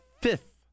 fifth